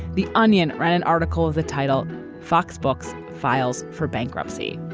the onion ran an article of the title fox books files for bankruptcy.